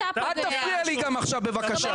אל תפריע לי גם עכשיו, בבקשה.